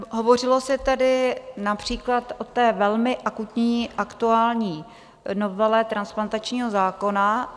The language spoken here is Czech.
Hovořilo se tady například o velmi akutní aktuální novele transplantačního zákona.